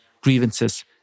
grievances